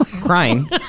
crying